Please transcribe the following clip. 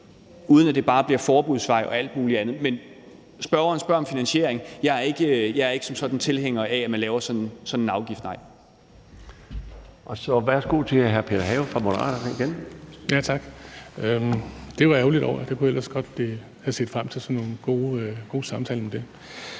uden at det bare bliver en forbudsvej og alt muligt andet. Men spørgeren spørger om finansiering. Jeg er ikke som sådan tilhænger af, at man laver sådan en afgift, nej. Kl. 21:15 Den fg. formand (Bjarne Laustsen): Værsgo til hr. Peter Have fra Moderaterne igen. Kl. 21:15 Peter Have (M): Tak. Det er jeg ærgerlig over. Jeg kunne ellers godt have set frem til sådan nogle gode samtaler om det.